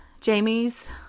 Jamie's